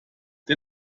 der